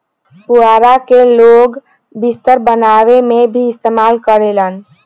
पुआरा के लोग बिस्तर बनावे में भी इस्तेमाल करेलन